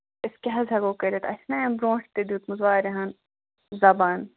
أسۍ کیٛاہ حظ ہٮ۪کَو کٔرِتھ اَسہِ چھِناہ اَمہِ برٛونٛٹھ تہِ دیُتمُت واریاہَن زَبان